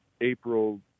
April